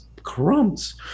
crumbs